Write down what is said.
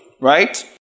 Right